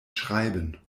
schreiben